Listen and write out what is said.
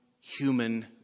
human